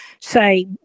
say